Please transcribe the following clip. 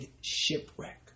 shipwreck